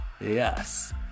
Yes